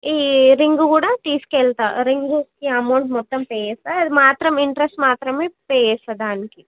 ఈ రింగ్ కూడా తీసుకెళ్తా రింగుకి అమౌంట్ మొత్తం పే చేస్తా అది మాత్రం ఇంట్రెస్ట్ మాత్రమే పే చేస్తా దానికి